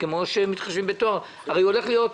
ראינו שפעם אחר פעם המשרות היו של מנהלה,